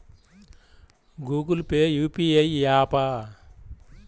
Google Pay UPI య్యాపా?